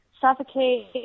suffocate